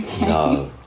No